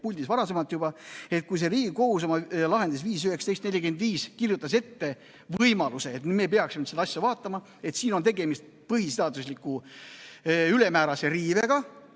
puldis varasemalt –, et kui Riigikohus oma lahendis 5‑19‑45 kirjutas ette võimaluse, et me peaksime seda asja vaatama, et tegemist on põhiseadusliku ülemäärase riivega,